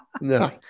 no